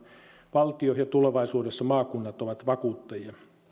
valtio ja tulevaisuudessa maakunnat ovat vakuuttajia jos maakunnalla